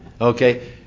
Okay